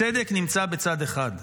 הצדק נמצא בצד אחד.